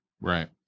Right